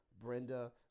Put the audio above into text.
Brenda